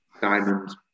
diamonds